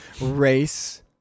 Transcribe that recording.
race